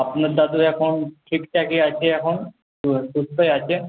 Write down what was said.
আপনার দাদু এখন ঠিকঠাকই আছে এখন সুস্থই আছে